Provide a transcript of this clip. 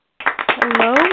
Hello